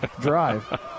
drive